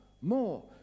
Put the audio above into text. more